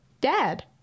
dad